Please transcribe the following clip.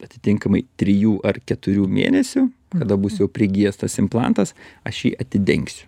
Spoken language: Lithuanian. atitinkamai trijų ar keturių mėnesių kada bus jau prigijęs tas implantas aš jį atidengsiu